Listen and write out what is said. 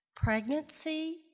Pregnancy